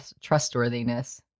trustworthiness